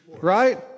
right